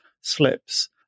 slips